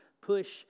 push